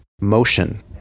motion